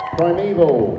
Primeval